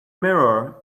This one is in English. mirror